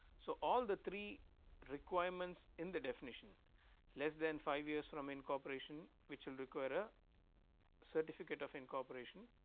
so all the three requirements in the definition less than five years from incorporation which will require a certificate of incorporation